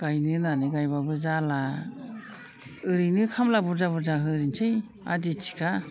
गायनो होननानै गायब्लाबो जाला ओरैनो खामला बुरजा बुरजा ओरैनोसै आदि थिखा